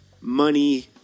money